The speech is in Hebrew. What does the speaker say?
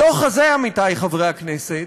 בדוח הזה, עמיתי חברי הכנסת,